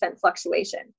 fluctuation